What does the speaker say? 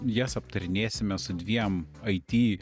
jas aptarinėsime su dviem it